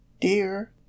Dear